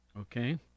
okay